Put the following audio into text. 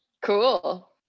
cool